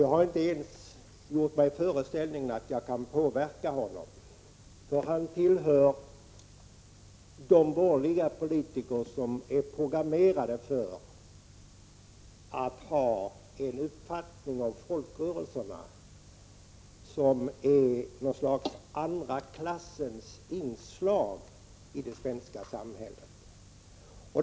Jag har inte ens gjort mig föreställningen att jag kan påverka honom, för han tillhör de borgerliga politiker som är programmerade för att ha en uppfattning om folkrörelserna som någon sorts andra klassens inslag i det svenska samhället.